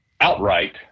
outright